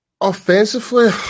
Offensively